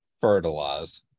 Fertilize